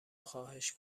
خواهش